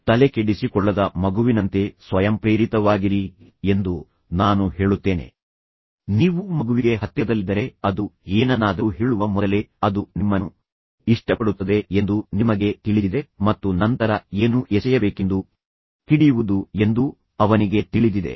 ತಲೆಕೆಡಿಸಿಕೊಳ್ಳದ ಮಗುವಿನಂತೆ ಸ್ವಯಂಪ್ರೇರಿತವಾಗಿರಿ ಎಂದು ನಾನು ಹೇಳುತ್ತೇನೆ ಆದರೆ ಎಲ್ಲಾ ಸಮಯದಲ್ಲೂ ಅದು ನಿಮ್ಮೊಂದಿಗೆ ಸಂವಹನ ನಡೆಸಲು ಪ್ರಯತ್ನಿಸುತ್ತಿದೆ ಮತ್ತು ನೀವು ಮಗುವಿಗೆ ಹತ್ತಿರದಲ್ಲಿದ್ದರೆ ಅದು ಏನನ್ನಾದರೂ ಹೇಳುವ ಮೊದಲೇ ಅದು ನಿಮ್ಮನ್ನು ಇಷ್ಟಪಡುತ್ತದೆ ಎಂದು ನಿಮಗೆ ತಿಳಿದಿದೆ ಅದು ನಿಮ್ಮನ್ನು ಇಷ್ಟಪಡುವುದಿಲ್ಲ ಅದು ಬಯಸುವುದಿಲ್ಲ ಮತ್ತು ನಂತರ ಏನು ಎಸೆಯಬೇಕೆಂದು ಹಿಡಿಯುವುದು ಎಂದು ಅವನಿಗೆ ತಿಳಿದಿದೆ